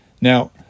Now